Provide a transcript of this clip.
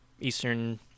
eastern